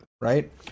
right